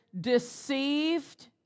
deceived